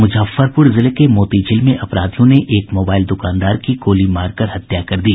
मुजफ्फरपुर जिले के मोति झील में अपराधियों ने एक मोबाईल दुकानदार की गोली मारकर हत्या कर दी